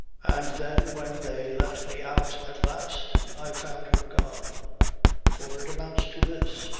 and then when they let me out at last i find her gone for it amounts to this.